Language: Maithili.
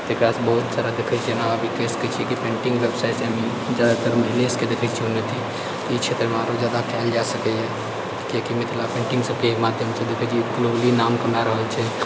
एकरासँ बहुत सारा देखै छिए जेना अभी कहि सकै छिए कि पेन्टिङ्ग व्यवसायसँ भी ज्यादातर महिले सबके देखै छिए अथी ई क्षेत्रमे आओर ज्यादा कएल जा सकैए कियाकि मिथिला पेन्टिङ्ग सबके माध्यम सँ देखै छिए ग्लोबली नाम कमा रहल छै